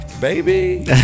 Baby